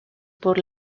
por